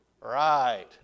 right